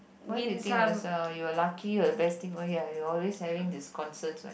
what did you think was uh you were lucky or the best thing oh ya you are always having this concert right